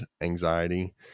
anxiety